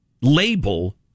label